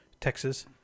Texas